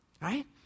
right